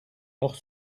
noch